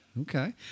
okay